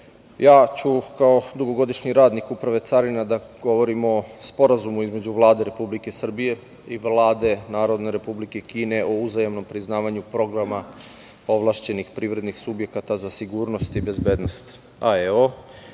ja ću kao dugogodišnji radnik Uprave carina da govorim o Sporazumu između Vlade Republike Srbije i Vlade Narodne Republike Kine o uzajamnom priznavanju Programa ovlašćenih privredih subjekata za sigurnost i bezbednost,